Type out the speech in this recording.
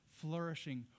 flourishing